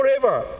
forever